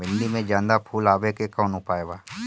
भिन्डी में ज्यादा फुल आवे के कौन उपाय बा?